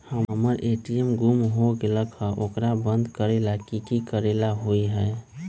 हमर ए.टी.एम गुम हो गेलक ह ओकरा बंद करेला कि कि करेला होई है?